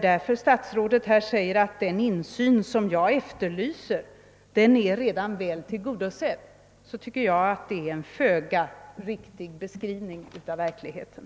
När statsrådet säger att önskemålet om insyn redan är väl tillgodosett tycker jag därför att det är en föga riktig beskrivning av verkligheten.